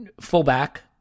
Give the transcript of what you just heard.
fullback